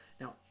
Now